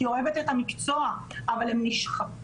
כי היא אוהבת את המקצוע אבל הן נשחקות.